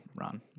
Ron